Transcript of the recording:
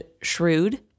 shrewd